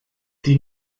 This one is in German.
die